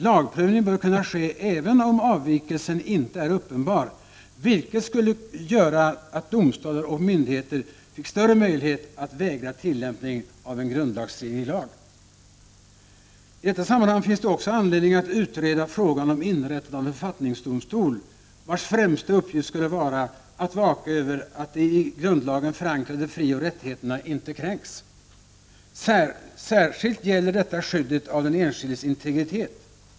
Lagprövning bör kunna ske även om avvikelsen inte är uppenbar, vilket skulle göra att domstolar och myndigheter fick större möjlighet att vägra tilllämpning av en grundlagsstridig lag. I detta sammanhang finns det också anledning att utreda frågan om inrät 101 tandet av en författningsdomstol, vars främsta uppgift skulle vara att vaka över att de i grundlagen förankrade frioch rättigheterna inte kränks. Särskilt gäller detta skyddet av den enskildes integritet.